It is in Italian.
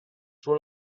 suo